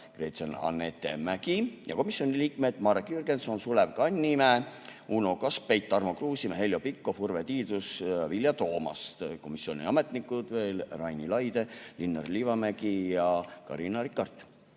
Gretchen-Annette Mägi ja komisjoni liikmed Marek Jürgenson, Sulev Kannimäe, Uno Kaskpeit, Tarmo Kruusimäe, Heljo Pikhof, Urve Tiidus, Vilja Toomast, komisjoni ametnikud veel: Raini Laide, Linnar Liivamägi ja Carina Rikart.